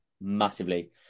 massively